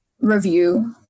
review